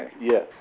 Yes